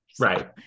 right